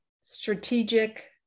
strategic